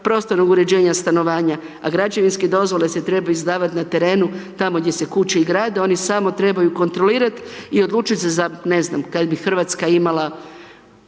prostornog uređenja stanovanja, a građevinske dozvole se trebaju izdavati na terenu, tamo gdje se kuće i grade, oni samo trebaju kontrolirati i odlučiti se za, ne znam, kad bi RH imala,